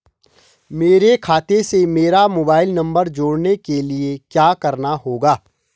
मेरे खाते से मेरा मोबाइल नम्बर जोड़ने के लिये क्या करना होगा?